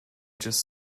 just